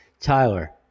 Tyler